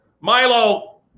Milo